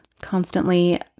constantly